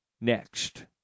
next